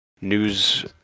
news